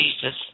Jesus